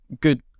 Good